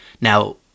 Now